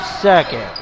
second